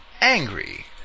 angry